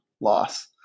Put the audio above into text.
loss